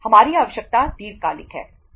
हमारी आवश्यकता दीर्घकालिक है